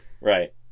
Right